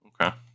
Okay